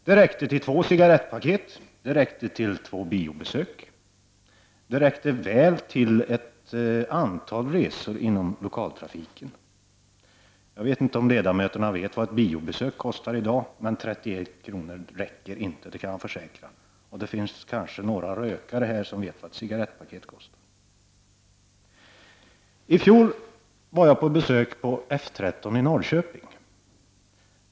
Det räckte till två cigarettpaket, det räckte till två biobesök och det räckte väl till ett antal resor inom lokaltrafiken. Jag vet inte om riksdagsledamöterna vet vad ett biobesök kostar i dag, men 31 kr. räcker inte, det kan jag försäkra. Det finns kanske några rökare här som vet vad ett cigarettpaket kostar. I fjol var jag på besök på F13 i Norrköping.